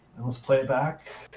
and let's play it back.